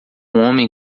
homem